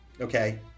okay